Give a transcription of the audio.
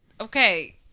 okay